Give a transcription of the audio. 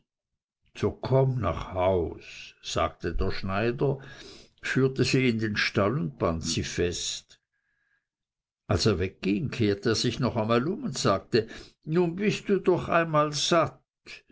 so komm nach haus sagte der schneider führte sie in den stall und band sie fest als er wegging kehrte er sich noch einmal um und sagte nun bist du doch einmal satt